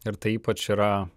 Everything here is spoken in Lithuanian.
ir tai ypač yra